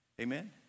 Amen